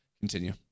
Continue